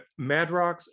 madrox